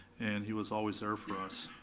and he was always there for us.